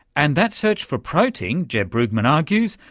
and that search for protein, jeb brugmann argues,